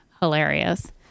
hilarious